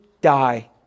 die